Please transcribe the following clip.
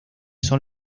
son